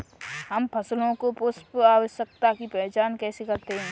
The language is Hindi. हम फसलों में पुष्पन अवस्था की पहचान कैसे करते हैं?